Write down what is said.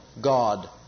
God